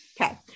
Okay